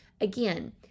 Again